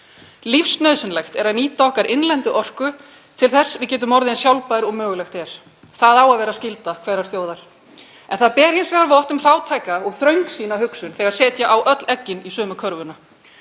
Lífsnauðsynlegt er að nýta okkar innlendu orku til þess að við getum orðið eins sjálfbær og mögulegt er. Það á að vera skylda hverrar þjóðar. Það ber hins vegar vott um fátæka og þröngsýna hugsun þegar setja á öll eggin í sömu körfuna.